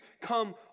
come